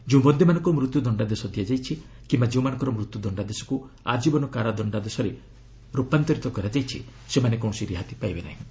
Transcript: ଯେଉଁ ବନ୍ଦୀମାନଙ୍କୁ ମୃତ୍ୟୁ ଦଶ୍ଚାଦେଶ ଦିଆଯାଇଛି କିୟା ଯେଉଁମାନଙ୍କ ମୃତ୍ୟୁ ଦଶ୍ଡାଦେଶକୁ ଆଜୀବନ କାରାଦଶ୍ଡାଦେଶକୁ ହ୍ରାସ କରାଯାଇଛି ସେମାନେ କୌଣସି ରିହାତି ପାଇବେ ନାହିଁ